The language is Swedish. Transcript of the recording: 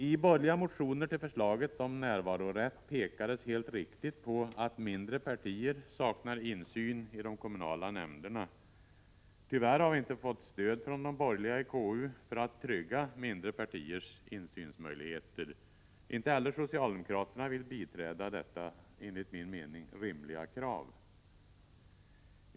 I borgerliga motioner till förslaget om närvarorätt pekades helt riktigt på att mindre partier saknar insyn i de kommunala nämnderna. Tyvärr har vi inte fått stöd från de borgerliga i KU för att trygga mindre partiers insynsmöjligheter. Inte heller socialdemokraterna vill biträda detta enligt min mening rimliga krav.